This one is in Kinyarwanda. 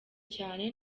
cyane